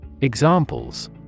Examples